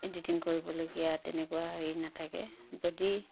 editing কৰিবলগীয়া তেনেকুৱা হেৰি নাথাকে যদি